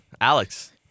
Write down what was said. Alex